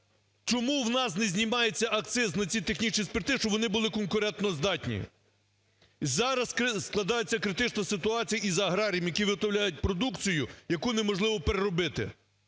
Чому у нас не знімається акциз на ті технічні спирти, щоб вони були конкурентоздатні? Зараз складається критична ситуація з аграріями, які виготовляють продукцію, яку неможливо переробити.